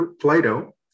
Plato